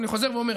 אני חוזר ואומר,